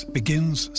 begins